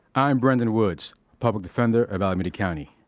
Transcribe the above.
i'm brendan woods, public defender of alameda county.